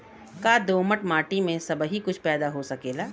का दोमट माटी में सबही कुछ पैदा हो सकेला?